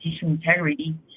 integrity